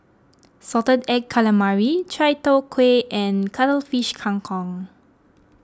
Salted Egg Calamari Chai Tow Kway and Cuttlefish Kang Kong